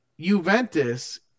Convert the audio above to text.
Juventus